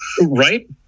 right